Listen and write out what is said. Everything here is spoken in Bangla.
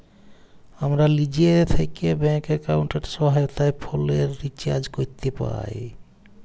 আমরা লিজে থ্যাকে ব্যাংক এক্কাউন্টের সহায়তায় ফোলের রিচাজ ক্যরতে পাই